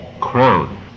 crown